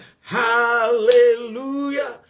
Hallelujah